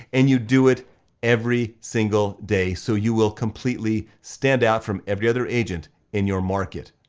and you do it every single day so you will completely stand out from every other agent in your market.